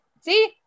see